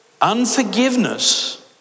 unforgiveness